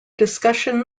discussion